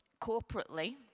corporately